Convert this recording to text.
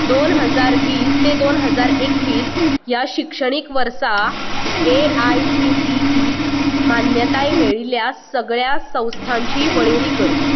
दोन हजार वीस तें दोन हजार एकवीस ह्या शिक्षणीक वर्सा A I C T E मान्यताय मेळिल्ल्या सगळ्यां संस्थांची वळेरी कर